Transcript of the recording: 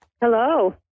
Hello